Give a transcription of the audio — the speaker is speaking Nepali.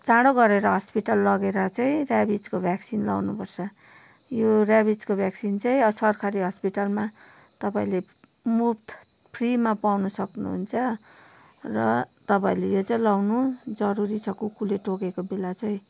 चाँडो गरेर हस्पिटल लगेर चाहिँ ऱ्याविजको भ्याक्सिन लाउनुपर्छ यो ऱ्याविजको भ्याक्सिन चाहिँ सरकारी हस्पिटलमा तपाईँले मुफ्त फ्रिमा पाउनुसक्नुहुन्छ र तपाईँहरूले यो चाहिँ लाउनु जरूरी छ कुकरले टोकेको बेला चाहिँ